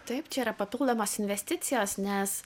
taip čia yra papildomos investicijos nes